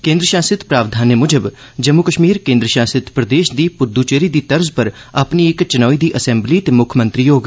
केन्द्र शासित प्रावधनें मूजब जम्मू कश्मीर केन्द्र शासित प्रदेश दी पुददद्दचेरी दी तर्ज पर अपनी इक चनोई दी असैंबली ते मुक्ख मंत्री होग